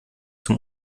zum